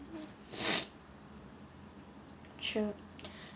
true